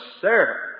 sir